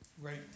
Right